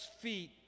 feet